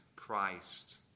Christ